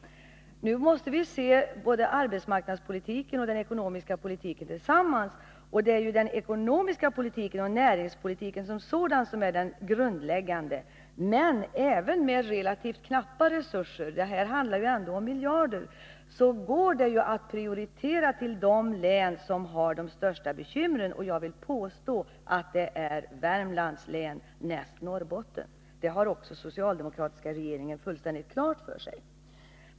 Nu måste vi se arbetsmarknadspolitiken och den ekonomiska politiken tillsammans. Det är ju den ekonomiska politiken och näringspolitiken som sådan som är det grundläggande. Men även med relativt knappa resurser — här handlar det ändå om miljarder — går det att prioritera till de län som har de största bekymren, och jag vill påstå att det är Värmlands län, näst efter Norrbottens län. Det har också den socialdemokratiska regeringen fullständigt klart för sig.